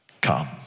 come